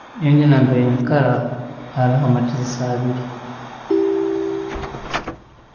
Enju yange nambere nyikara haroho amairisa abiri.